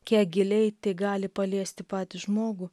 kiek giliai tai gali paliesti patį žmogų